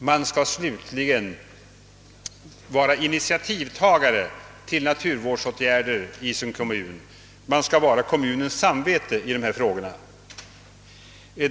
De skall slutligen vara initiativtagare till naturvårdande åtgärder i respektive kommun och vara kommunens samvete i dessa frågor.